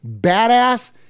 badass